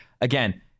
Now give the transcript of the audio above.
Again